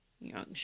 Young